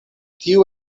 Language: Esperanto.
tiu